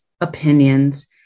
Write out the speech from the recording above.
opinions